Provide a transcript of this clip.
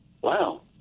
Wow